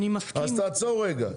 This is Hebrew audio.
אז תעצור רגע.